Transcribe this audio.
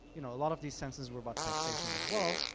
you know a lot of these censuses were about taxation as well,